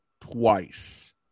twice